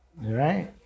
Right